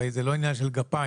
הרי, זה לא עניין של גפיים.